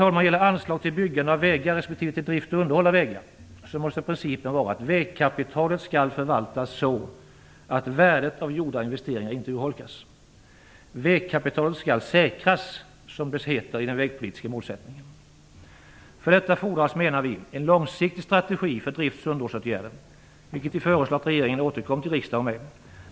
När det gäller anslag till byggande av vägar respektive till drift och underhåll av vägar måste principen vara att vägkapitalet skall förvaltas så, att värdet av gjorda investeringar inte urholkas. Vägkapitalet skall säkras, som det heter i den vägpolitiska målsättningen. För detta fordras, menar vi, en långsiktig strategi för drifts och underhållsåtgärder, vilket vi föreslår att regeringen återkommer till riksdagen med.